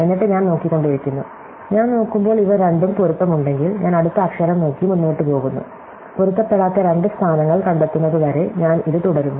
എന്നിട്ട് ഞാൻ നോക്കിക്കൊണ്ടിരിക്കുന്നു ഞാൻ നോക്കുമ്പോൾ ഇവ രണ്ടും പൊരുത്തമുണ്ടെങ്കിൽ ഞാൻ അടുത്ത അക്ഷരം നോക്കി മുന്നോട്ട് പോകുന്നു പൊരുത്തപ്പെടാത്ത രണ്ട് സ്ഥാനങ്ങൾ കണ്ടെത്തുന്നതുവരെ ഞാൻ ഇത് തുടരുന്നു